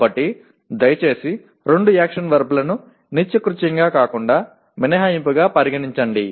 కాబట్టి దయచేసి రెండు యాక్షన్ వర్బ్ లను నిత్యకృత్యంగా కాకుండా మినహాయింపుగా పరిగణించండి